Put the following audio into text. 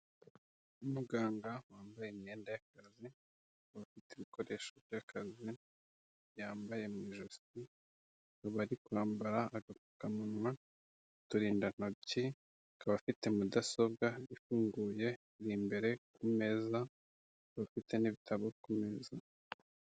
Umuganga wambaye imyenda y'akazi akaba afite ibikoresho by'akazi yambaye mu ijosi, akaba ari kwambara agapfukamunwa, uturindantoki. Akaba afite mudasobwa ifunguye iri imbere ku meza akaba afite n'ibitabo ku meza.